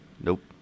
Nope